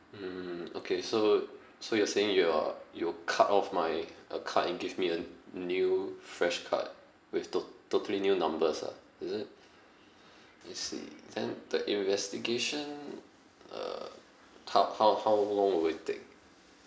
mm okay so so you're saying you are you'll cut off my uh card and give me a new fresh card with tot~ totally new numbers ah is it I see then the investigation uh how how how long will it take